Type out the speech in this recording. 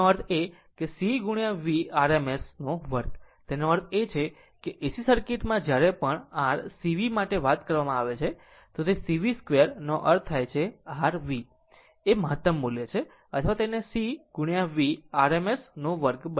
તેનો અર્થ C v rms 2 એનો અર્થ એ કે AC સર્કિટમાં જ્યારે પણ r C V માટે વાત કરવામાં આવે છે C V 2 નો અર્થ થાય છે r V એ મહતમ મૂલ્ય છે અથવા તેને C V rms 2